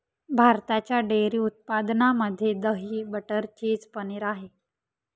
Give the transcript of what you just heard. भारताच्या डेअरी उत्पादनामध्ये दही, बटर, चीज, पनीर आहे